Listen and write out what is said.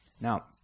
Now